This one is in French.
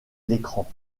l’écran